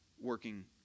working